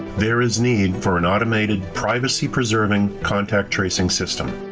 there is need for an automated privacy preserving contact tracing system.